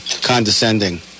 condescending